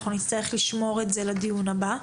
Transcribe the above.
אנחנו נצטרך לשמור את זה לדיון הבא.